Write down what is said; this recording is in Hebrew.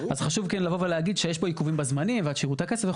אז חשוב כן לבוא ולהגיד שיש פה עיכובים בזמנים ועד שיראו את הכסף.